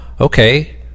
okay